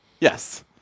yes